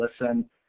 listen